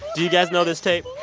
do you guys know this tape?